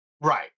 right